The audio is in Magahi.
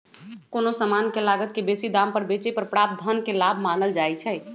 कोनो समान के लागत से बेशी दाम पर बेचे पर प्राप्त धन के लाभ मानल जाइ छइ